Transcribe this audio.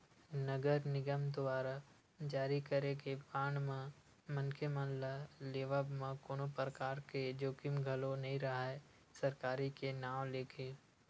नगर निगम दुवारा जारी करे गे बांड म मनखे मन ल लेवब म कोनो परकार के जोखिम घलो नइ राहय सरकारी के नांव लेके